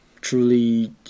Truly